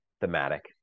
thematic